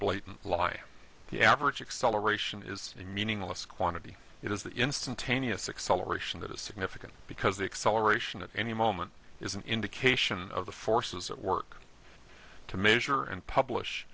blatant lie the average acceleration is a meaningless quantity it is the instantaneous acceleration that is significant because the acceleration at any moment is an indication of the forces at work to measure and publish